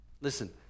Listen